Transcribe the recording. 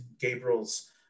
Gabriel's